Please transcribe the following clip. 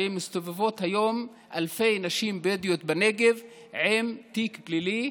מסתובבות היום אלפי נשים בדואיות בנגב עם תיק פלילי,